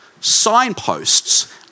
Signposts